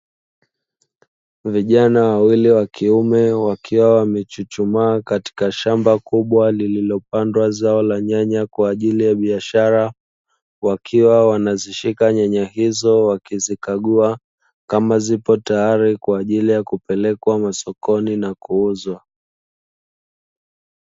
Vijana wawili wakiume wakiwa wamechuchumaa katika shamba kubwa lililopandwa zao la nyanya kwa ajili ya biashara, wakiwa wanazishika nyanya hizo wakizikagua kama zipo tayari kwa ajili ya kupelekwa masokoni na kuuzwa.